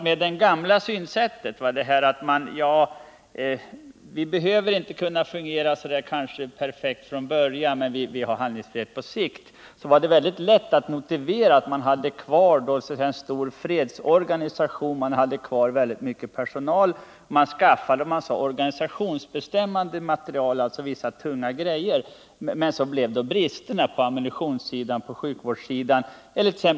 Med det gamla synsättet — att vi kanske inte behöver fungera så perfekt i närtid men att vi har handlingsfrihet på sikt — var det lätt att motivera att man hade kvar en stor fredsorganisation. Man hade kvar mycket personal, man skaffade organisationsbestämmande material — alltså vissa tunga grejor. Man godtog i stället brister på ammunitionssidan och på sjukvårdssidan.